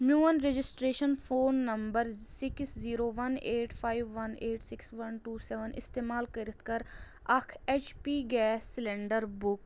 میون registration phone number six zero one eight five one eight six one two seven استعمال کٔرِتھ کَر اکھ H P gas cylinder book